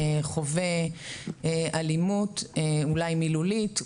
חווה אלימות אולי מילולית,